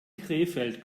krefeld